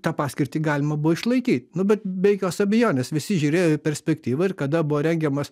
tą paskirtį galima buvo išlaikyt nu bet be jokios abejonės visi žiūrėjo į perspektyvą ir kada buvo rengiamas